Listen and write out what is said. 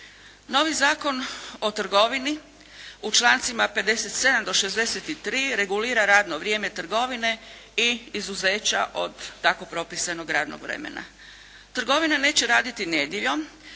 Novi Zakon o trgovini u člancima 57. do 63. regulira radno vrijeme trgovine i izuzeća od tako propisanog radnog vremena. Trgovina neće raditi nedjeljom